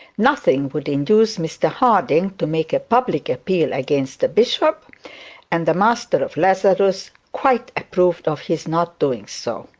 nothing would induce mr harding to make a public appeal against the bishop and the master of lazarus quite approved of his not doing so.